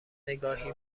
نگاهی